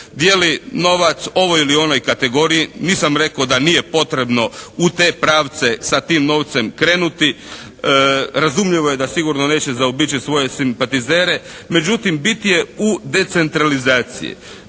Dijeli novac ovoj ili onoj kategoriji. Nisam rekao da nije potrebno u te pravce sa tim novcem krenuti. Razumljivo je da sigurno neće zaobići svoje simpatizere međutim bit je u decentralizaciji.